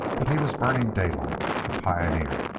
but he was burning daylight, the pioneer,